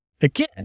Again